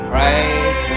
Praise